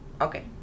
Okay